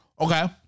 okay